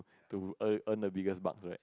to earn earn the biggest bucks right